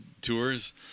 tours